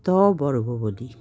ত বর্গ বলি